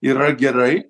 yra gerai